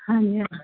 ਹਾਂਜੀ ਹਾਂਜੀ